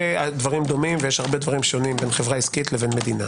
דברים דומים והרבה שונים בין חברה עסקית למדינה